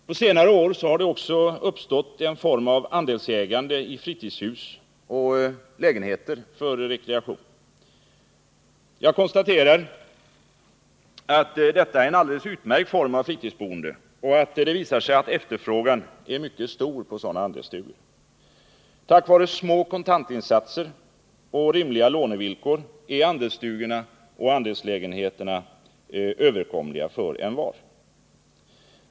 På senare år har det också uppstått en form av andelsägande i fritidshus och lägenheter för rekreation. Jag konstaterar att detta är en alldeles utmärkt form av fritidsboende, och det har visat sig att efterfrågan är mycket stor på sådana andelsstugor. Tack vare små kontantinsatser och rimliga lånevillkor är andelsstugorna och andelslägenheterna överkomliga för envar.